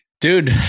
Dude